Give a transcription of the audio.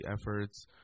efforts